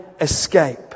escape